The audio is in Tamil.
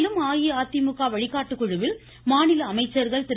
மேலும் அஇஅதிமுக வழிகாட்டு குழுவில் மாநில அமைச்சர்கள் திரு